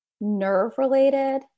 nerve-related